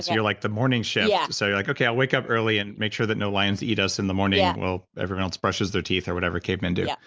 ah you're like the morning shift. yeah so you're like, okay, i'll wake up early and make sure that no lions eat us in the morning yeah while everyone else brushes their teeth, or whatever cavemen do. yeah